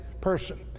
person